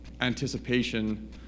anticipation